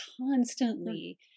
constantly